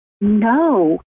no